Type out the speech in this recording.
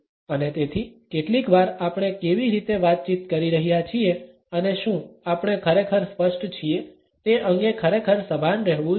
અને તેથી કેટલીકવાર આપણે કેવી રીતે વાતચીત કરી રહ્યા છીએ અને શું આપણે ખરેખર સ્પષ્ટ છીએ તે અંગે ખરેખર સભાન રહેવું જોઈએ